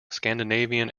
scandinavian